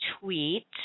tweet